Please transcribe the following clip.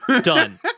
done